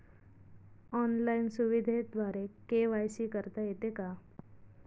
Online सुविधेद्वारे KYC करता येते का?